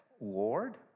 Lord